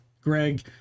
Greg